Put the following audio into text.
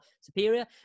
superior